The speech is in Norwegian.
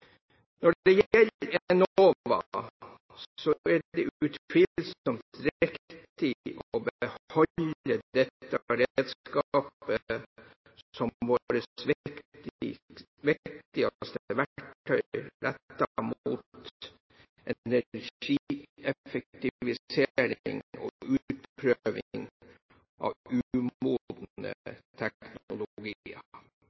Når det gjelder Enova, er det utvilsomt riktig å beholde dette redskapet som vårt viktigste verktøy rettet mot energieffektivisering og utprøving av umodne